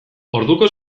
orduko